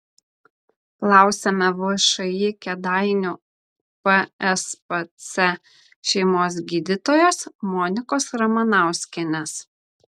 klausiame všį kėdainių pspc šeimos gydytojos monikos ramanauskienės